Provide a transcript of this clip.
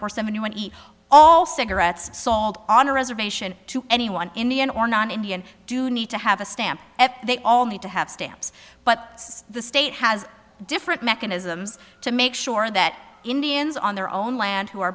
force them into an all cigarettes sold on a reservation to anyone indian or non indian do need to have a stamp they all need to have stamps but the state has different mechanisms to make sure that indians on their own land who are